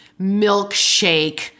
milkshake